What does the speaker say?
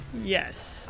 Yes